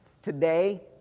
Today